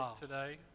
today